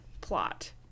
plot